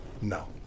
No